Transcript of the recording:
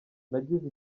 nagize